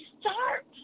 start